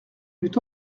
eût